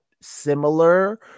similar